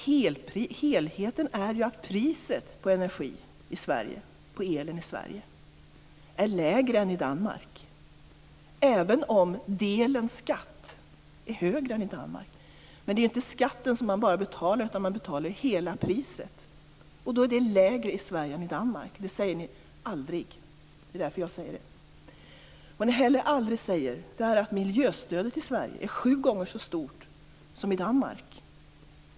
Helheten är ju att priset på el i Sverige är lägre än i Danmark även om skattdelen är högre än i Danmark. Det är ju inte bara skatten som man betalar, utan man betalar ju hela priset, och det är lägre i Sverige än i Danmark. Det säger ni aldrig. Det är därför jag säger det. Ni säger heller aldrig att miljöstödet i Sverige är sju gånger så stort som i Danmark.